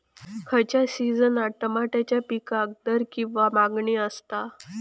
खयच्या सिजनात तमात्याच्या पीकाक दर किंवा मागणी आसता?